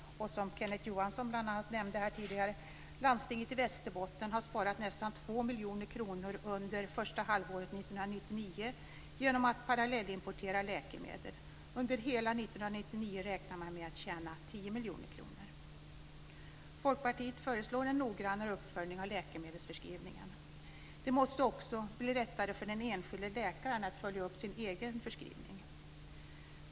Som Kenneth Johansson bl.a. nämnde tidigare har landstinget i Västerbotten sparat nästan två miljoner kronor under första halvåret 1999 genom att parallellimportera läkemedel. Under hela 1999 räknar man med att tjäna 10 miljoner kronor. Folkpartiet föreslår en noggrannare uppföljning av läkemedelsförskrivningen. Det måste också bli lättare för den enskilde läkaren att följa upp sin egen förskrivning.